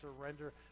surrender